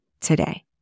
today